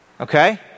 Okay